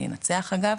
אני אנצח אגב,